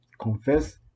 confess